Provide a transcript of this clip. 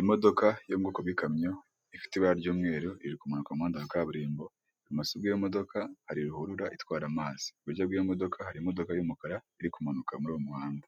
Imodoka yo mu bwoko bw'ikamyo ifite ibara ry'umweru iri kumanuka mu muhanda wa kaburimbo, ibumoso bw'iyo modoka hari ruhurura itwara amazi, iburyo bwi'yo modoka hari imodoka y'umukara iri kumanuka muri uwo muhanda,